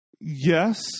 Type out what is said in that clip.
Yes